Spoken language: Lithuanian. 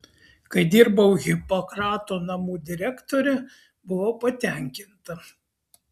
kai dirbau hipokrato namų direktore buvau patenkinta